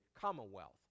commonwealth